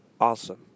awesome